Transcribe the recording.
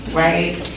right